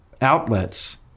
outlets